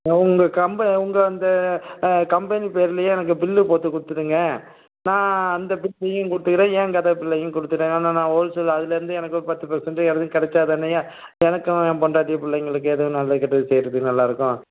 உங்கள் கம்பனி உங்கள் அந்த கம்பெனி பேர்லையே எனக்கு பில்லு போட்டுக் கொடுத்துருங்க நான் அந்த பில்லையும் கொடுக்குறேன் என் கடை பில்லையும் கொடுத்துக்குறேன் ஆனால் நான் ஹோல் சேல் அதுலேருந்து எனக்கு ஒரு பத்து பர்சண்ட் எதுவும் கிடைச்சா தானய்யா எனக்கும் ஏன் பெண்டாட்டி பிள்ளைங்களுக்கு எதுவும் நல்லது கெட்டது செய்யுறதுக்கு நல்லா இருக்கும்